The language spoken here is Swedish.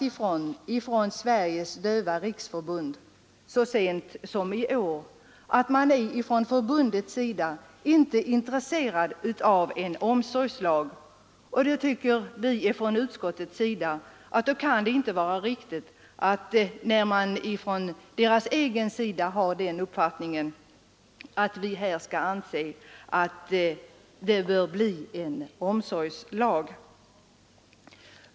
Ifrån Sveriges dövas riksförbund har man så sent som för några dagar sedan förklarat att man inte är intresserad av en omsorgslag, och då anser utskottets majoritet att det inte kan vara riktigt att utarbeta en sådan lag.